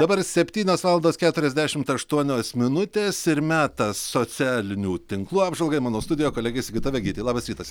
dabar septynios valandos keturiasdešimt aštuonios minutės ir metas socialinių tinklų apžvalgai mano studijoje kolegė sigita vegytė labas rytas